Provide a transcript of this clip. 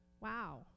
Wow